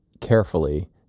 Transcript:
Carefully